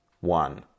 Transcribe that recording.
one